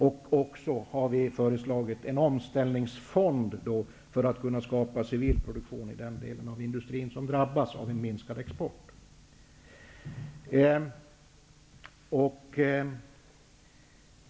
Vänsterpartiet har även föreslagit en omställningsfond för att kunna skapa civil produktion i den industri som drabbas av minskad export.